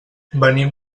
venim